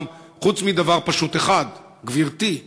חוץ מדבר פשוט אחד: גברתי,